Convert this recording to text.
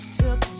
took